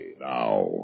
Now